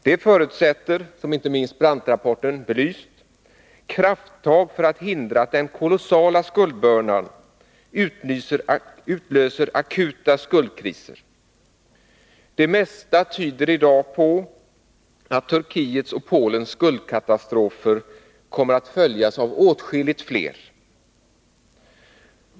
Det förutsätter, vilket inte minst Brandtrapporten belyst, krafttag för att hindra att den kolossala skuldbördan utlöser akuta skuldkriser. Det mesta tyder i dag på att Turkiets och Polens skuldkatastrofer kommer att följas av åtskilligt fler.